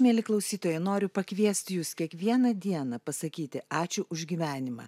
mieli klausytojai noriu pakviesti jus kiekvieną dieną pasakyti ačiū už gyvenimą